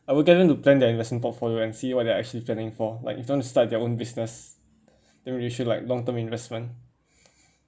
I will get them to plan their investment portfolio and see what they are actually planning for like if they want to start their own business then they should like long term investment